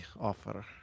offer